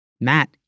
Matt